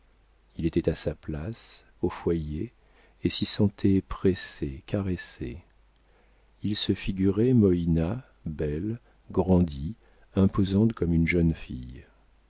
il était à sa place au foyer et s'y sentait pressé caressé il se figurait moïna belle grandie imposante comme une jeune fille